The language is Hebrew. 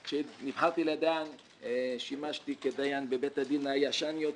כשנבחרתי לדיין שימשתי כדיין בבית הדין הישן יותר.